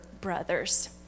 brothers